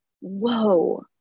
whoa